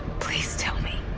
please tell me.